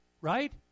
right